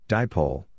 Dipole